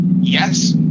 Yes